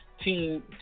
team